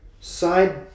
side